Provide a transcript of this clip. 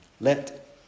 Let